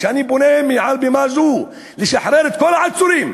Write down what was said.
ואני פונה מעל בימה זו לשחרר את כל העצורים.